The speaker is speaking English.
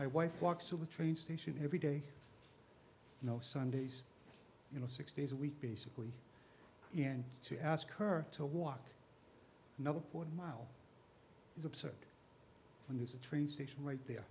my wife walks to the train station every day no sundays you know six days a week basically and to ask her to walk another point a mile is absurd when there's a train station right there